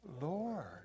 Lord